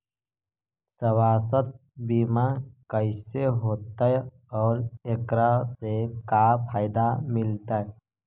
सवासथ बिमा कैसे होतै, और एकरा से का फायदा मिलतै?